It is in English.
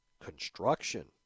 construction